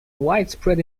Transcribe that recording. widespread